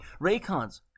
Raycons